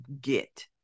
get